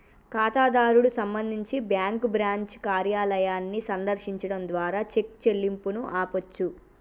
ఖాతాదారుడు సంబంధించి bank branch కార్యాలయాన్ని సందర్శించడం ద్వారా చెక్ చెల్లింపును ఆపొచ్చు